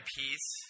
peace